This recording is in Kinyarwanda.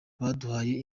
baduhaye